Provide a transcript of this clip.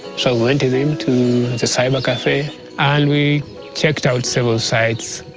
so i went with him to the cyber cafe and we checked out several sites.